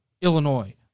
Illinois